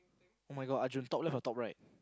[oh]-my-god Arjun top left or top right